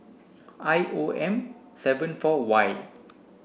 I O M seven four Y